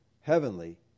heavenly